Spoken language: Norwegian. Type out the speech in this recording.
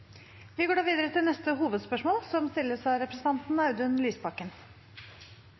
Vi går videre til neste hovedspørsmål.